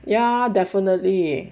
ya definitely